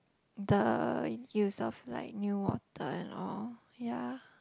the use of like new water and all ya